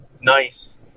nice